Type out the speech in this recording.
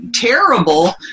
terrible